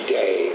day